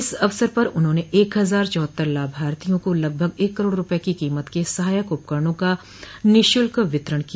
इस अवसर पर उन्होंने एक हजार चौहत्तर लाभार्थियों को लगभग एक करोड़ रूपये की कीमत के सहायक उपकरणों का निःशुल्क वितरण किया